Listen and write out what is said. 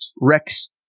Rex